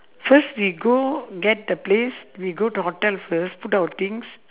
first we go get the place we go to hotel first put down our things